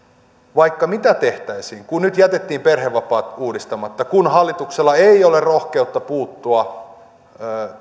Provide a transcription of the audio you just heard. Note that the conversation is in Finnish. vaikka mitä tehtäisiin kun nyt jätettiin perhevapaat uudistamatta kun hallituksella ei ole rohkeutta puuttua